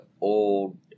old